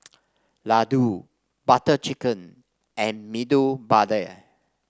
Ladoo Butter Chicken and Medu Vada